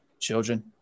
children